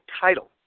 title